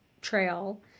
trail